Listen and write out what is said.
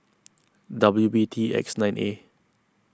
W B T X nine A